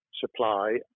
supply